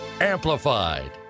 amplified